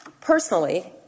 Personally